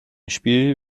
spiel